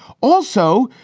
also,